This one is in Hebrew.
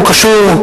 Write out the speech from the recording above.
והוא קשור,